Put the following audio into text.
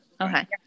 okay